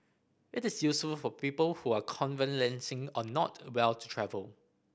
it is useful for people who are convalescing or not well to travel